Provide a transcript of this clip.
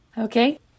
Okay